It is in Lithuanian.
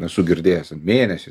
esu girdėjęs mėnesį